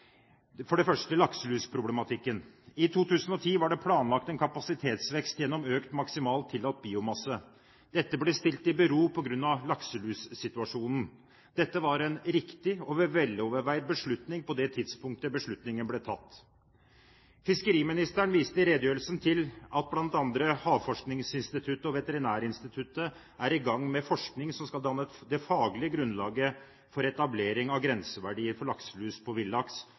For det første lakselusproblematikken. I 2010 var det planlagt en kapasitetsvekst gjennom økt maksimal tillatt biomasse. Dette ble stilt i bero på grunn av lakselussituasjonen. Dette var en riktig og veloverveid beslutning på det tidspunktet beslutningen ble tatt. Fiskeriministeren viste i redegjørelsen til at bl.a. Havforskningsinstituttet og Veterinærinstituttet er i gang med forskning som skal danne det faglige grunnlaget for etablering av grenseverdier for lakselus på